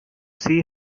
see